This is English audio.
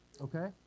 Okay